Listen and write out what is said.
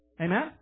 Amen